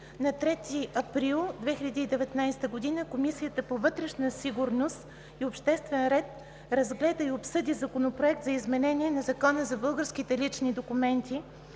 на 3 април 2019 г., Комисията по вътрешна сигурност и обществен ред разгледа и обсъди Законопроект за изменение на Закона за българските лични документи,